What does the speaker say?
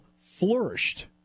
flourished